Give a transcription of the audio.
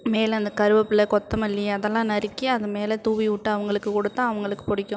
மேலே அந்த கருவேப்பிலை கொத்தமல்லி அதெல்லாம் நறுக்கி அது மேலே தூவி விட்டு அவங்களுக்கு கொடுத்தா அவங்களுக்கு பிடிக்கும்